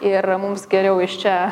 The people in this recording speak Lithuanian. ir mums geriau iš čia